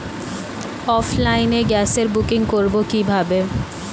অফলাইনে গ্যাসের বুকিং করব কিভাবে?